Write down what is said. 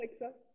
Alexa